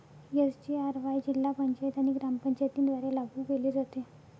SGRY जिल्हा पंचायत आणि ग्रामपंचायतींद्वारे लागू केले जाते